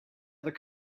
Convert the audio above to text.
other